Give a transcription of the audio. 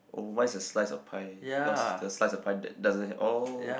oh mine is a slice of pie yours the slice of pie that doesn't have oh